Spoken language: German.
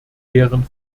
deren